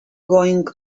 going